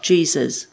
Jesus